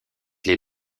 les